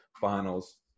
finals